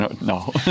No